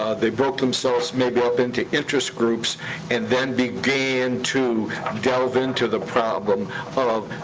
ah they broke themselves maybe up into interest groups and then began to um delve into the problem of,